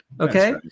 Okay